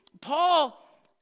Paul